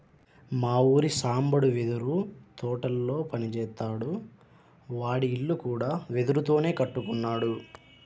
మా ఊరి సాంబడు వెదురు తోటల్లో పని జేత్తాడు, వాడి ఇల్లు కూడా వెదురుతోనే కట్టుకున్నాడు